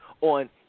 on